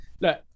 look